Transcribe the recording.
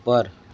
ऊपर